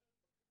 בקבוק